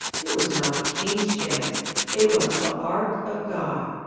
it was not the king's chest it was the ark of god.